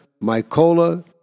Mykola